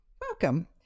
welcome